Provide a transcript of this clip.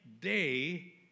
day